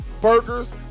Burgers